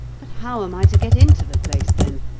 but how am i to get into the place then?